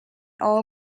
all